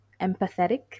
empathetic